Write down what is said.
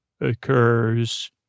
occurs